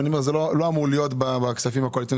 ואני אומר: זה לא אמור להיות בכספים הקואליציוניים.